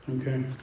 Okay